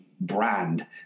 brand